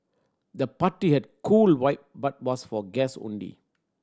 the party had cool vibe but was for guest only